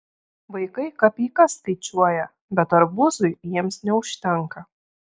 vaikai kapeikas skaičiuoja bet arbūzui jiems neužtenka